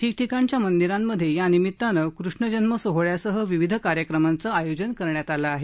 ठिकठिकाणच्या मंदिरांमध्ये या निमित्तानं कृष्ण जन्म सोहळ्यासह विविध कार्यक्रमांचं आयोजन करण्यात आलं आहे